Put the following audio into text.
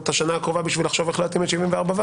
את השנה הקרובה בשביל לחשוב איך להתאים את 74ו,